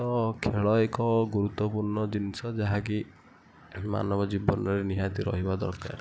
ତ ଖେଳ ଏକ ଗୁରୁତ୍ୱପୂର୍ଣ୍ଣ ଜିନିଷ ଯାହାକି ମାନବ ଜୀବନରେ ନିହାତି ରହିବା ଦରକାର